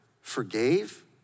forgave